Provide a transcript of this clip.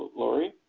laurie